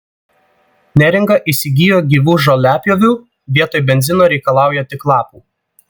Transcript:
neringa įsigijo gyvų žoliapjovių vietoj benzino reikalauja tik lapų